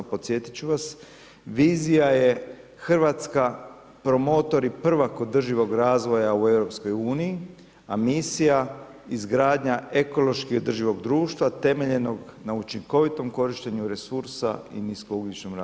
Podsjetit ću vas, vizija je Hrvatska promotor i prvak održivog razvoja u EU, a misija izgradnja ekološki održivog društva temeljenog na učinkovitom korištenju resursa i nisko ugljičnom razvoju.